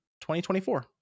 2024